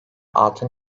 altın